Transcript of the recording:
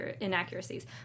inaccuracies